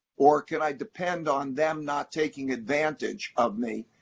or can i depend on them not taking advantage of me?